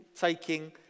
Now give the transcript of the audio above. taking